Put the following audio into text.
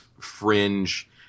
fringe